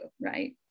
right